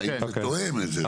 האם הוא תואם לזה.